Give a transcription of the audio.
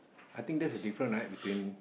I think that's the different right between